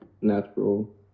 natural